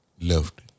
loved